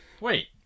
wait